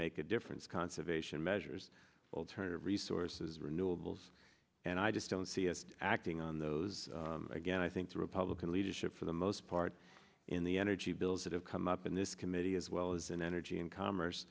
make a difference conservation measures alternative resources renewables and i just don't see it acting on those again i think the republican leadership for the most part in the energy bills that have come up in this committee as well as an energy and commerce